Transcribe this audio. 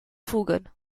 fugen